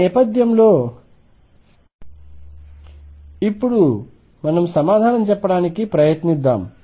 ఈ నేపథ్యంలో ఇప్పుడు మనం సమాధానం చెప్పడానికి ప్రయత్నిద్దాం